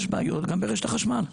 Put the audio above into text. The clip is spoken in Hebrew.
יש בעיות גם ברשת החשמל.